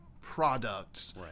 Products